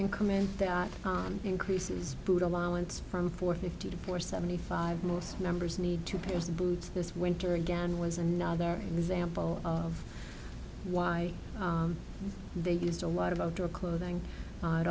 increment on increases food allowance from four fifty to four seventy five most members need two pairs of boots this winter again was another example of why they used a lot of outdoor clothing i